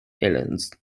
islands